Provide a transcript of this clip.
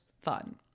fun